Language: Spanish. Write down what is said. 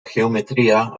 geometría